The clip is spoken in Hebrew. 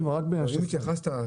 אבל אם התייחסת,